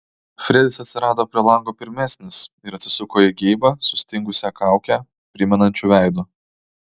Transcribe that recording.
fredis atsirado prie lango pirmesnis ir atsisuko į geibą sustingusią kaukę primenančiu veidu